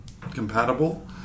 compatible